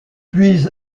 puis